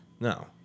No